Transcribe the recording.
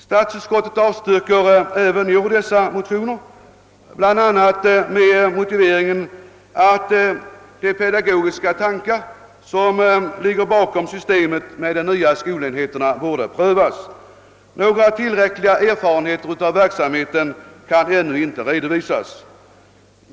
Statsutskottet avstyrker även i år dessa motioner, bl.a. med motiveringen att de pedagogiska tankar som ligger bakom systemet med de nya skolenheterna borde prövas och att tillräckliga erfarenheter av verksamheten ännu inte kan redovisas.